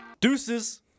Deuces